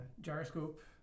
gyroscope